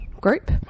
group